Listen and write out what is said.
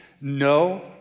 no